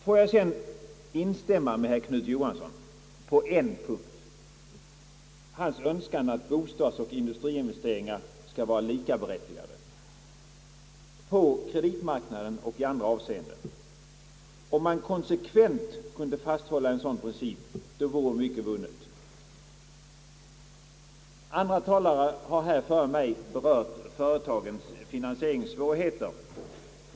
Får jag sedan instämma med herr Knut Johansson på en punkt, nämligen i hans önskan att bostadsoch indu striinvesteringar skall vara likaberättigade på kreditmarknaden och i andra avseenden. Om man konsekvent kunde fasthålla en sådan princip vore mycket vunnet. Andra talare före mig har berört företagens finansieringssvårigheter.